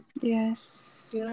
Yes